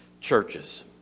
churches